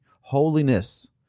holiness